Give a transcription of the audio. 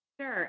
Sure